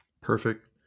Perfect